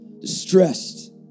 Distressed